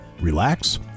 relax